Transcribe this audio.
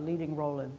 leading role in.